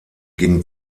gegen